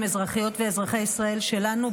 אזרחיות ואזרחי ישראל שלנו,